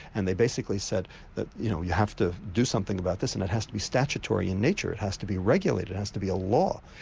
and they basically said that you know you have to do something about this and it has to be statutory in nature, it has to be regulated, it has to be a law.